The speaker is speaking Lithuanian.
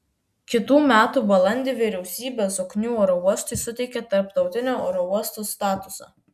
kitų metų balandį vyriausybė zoknių oro uostui suteikė tarptautinio oro uosto statusą